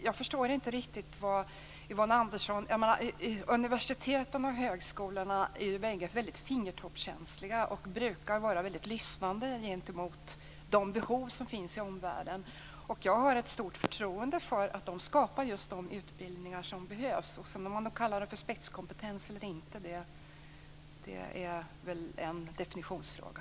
Jag förstår inte riktigt vad Yvonne Andersson menar i fråga om spetsutbildningen. Universiteten och högskolorna är fingertoppskänsliga och brukar lyssna på de behov som finns i omvärlden. Jag har ett stort förtroende för att de skapar de utbildningar som behövs. Att kalla dessa utbildningar för spetskompetens eller inte är en definitionsfråga.